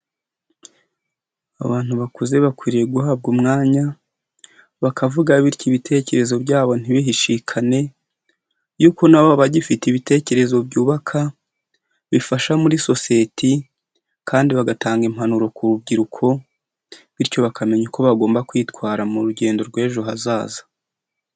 Abantu bakuze bakwiriye guhabwa umwanya, bakavuga bityo ibitekerezo byabo ntibihishikane, yuko nabo baba bagifite ibitekerezo byubaka, bifasha muri sosiyeti, kandi bagatanga impanuro ku rubyiruko, bityo bakamenya uko bagomba kwitwara mu rugendo rw'ejo hazaza.